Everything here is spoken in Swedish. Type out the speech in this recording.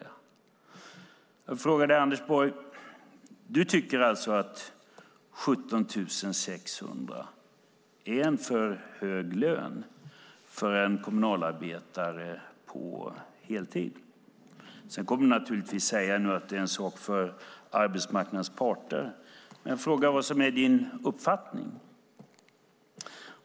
Jag vill fråga dig, Anders Borg, en sak. Du tycker alltså att 17 600 kronor i månaden är för hög lön för en kommunalarbetare på heltid? Du kommer naturligtvis att säga att det är en sak för arbetsmarknadens parter. Men jag frågar efter din uppfattning.